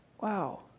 wow